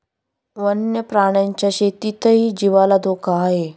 वन्य प्राण्यांच्या शेतीतही जीवाला धोका आहे